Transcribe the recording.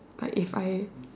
like if I